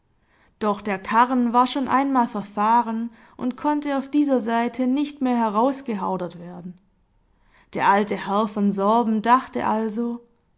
doch der karren war schon einmal verfahren und konnte auf dieser seite nicht mehr herausgehaudert werden der alte herr von sorben dachte also